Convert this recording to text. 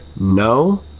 No